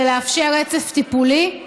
היא לאפשר רצף טיפולי.